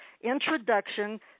introduction